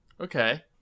Okay